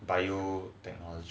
bio technology